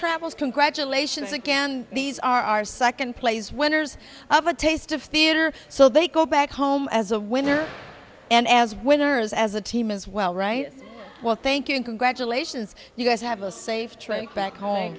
travels congratulations again these are our second plays winners have a taste of theater so they go back home as a winner and as winners as a team as well right well thank you and congratulations you guys have a safe trip back